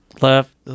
left